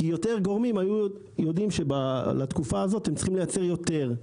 כי יותר גורמים היו יודעים שבתקופה הזו הם צריכים לייצר יותר.